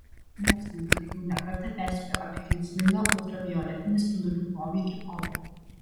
mokslininkai jau ne kartą perspėjo apie kenksmingą ultravioletinių spindulių poveikį odai